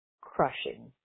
crushing